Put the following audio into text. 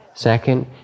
Second